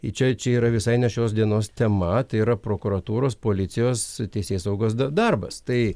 į čia čia yra visai ne šios dienos tema tai yra prokuratūros policijos teisėsaugos darbas tai